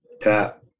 tap